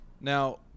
now